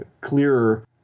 clearer